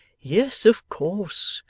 yes, of course.